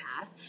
path